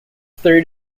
third